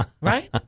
Right